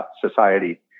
society